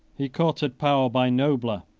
he courted power by nobler,